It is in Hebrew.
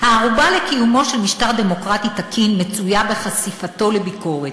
"הערובה לקיומו של משטר דמוקרטי תקין מצויה בחשיפתו לביקורת.